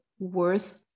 worth